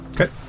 Okay